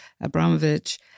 Abramovich